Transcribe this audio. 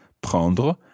prendre